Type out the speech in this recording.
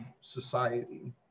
society